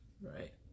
Right